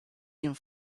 and